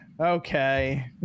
Okay